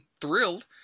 thrilled